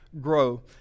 grow